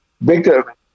Victor